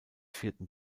vierten